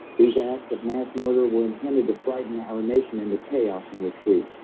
these acts of mass murder were intended to frighten our nation into chaos and retreat